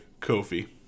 Kofi